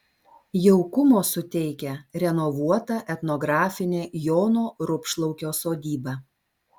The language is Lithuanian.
jaukumo suteikia renovuota etnografinė jono rupšlaukio sodyba